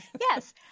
yes